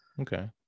Okay